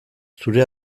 zure